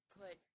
put